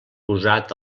posat